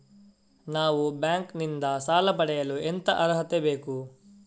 ನಾವು ಬ್ಯಾಂಕ್ ನಿಂದ ಸಾಲ ಪಡೆಯಲು ಎಂತ ಅರ್ಹತೆ ಬೇಕು?